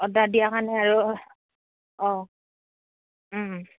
order দিয়া কাৰণে আৰু অঁ